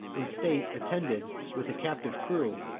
in state attended with a captive crew,